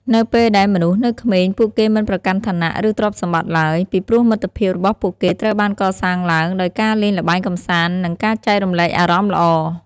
នៅពេលដែលមនុស្សនៅក្មេង ពួកគេមិនប្រកាន់ឋានៈ ឬទ្រព្យសម្បត្តិឡើយ ពីព្រោះមិត្តភាពរបស់ពួកគេត្រូវបានកសាងឡើងដោយការលេងល្បែងកម្សាន្តនិងការចែករំលែកអារម្មណ៍ល្អ។